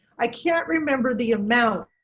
i can't remember the amount.